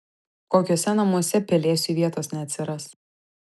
kokiuose namuose pelėsiui vietos neatsiras